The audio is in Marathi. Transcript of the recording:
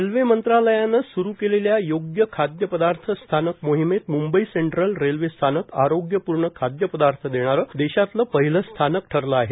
रेल्वे मंत्रालयानं स्रू केलेल्या योग्य खाद्य पदार्थ स्थानक मोहिमेत मंबई सेंट्रल रेल्वे स्थानक आरोग्यपूर्ण खादय पदार्थ देणारं देशातलं पहिलं स्थानक ठरलं आहे